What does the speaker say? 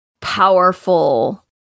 powerful